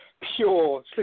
pure